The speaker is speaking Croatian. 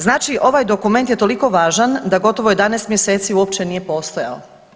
Znači ovaj dokument je toliko važan da gotovo 11 mjeseci uopće nije postojao.